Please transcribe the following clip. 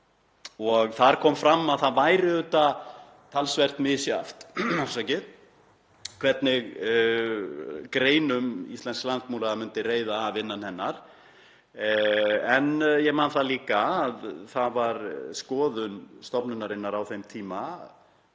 Þar kom fram að það væri auðvitað talsvert misjafnt hvernig greinum íslensks landbúnaðar myndi reiða af innan hennar. En ég man það líka að það var skoðun stofnunarinnar á þeim tíma